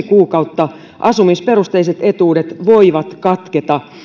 kuukautta asumisperusteiset etuudet voivat katketa